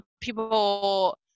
people